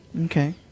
Okay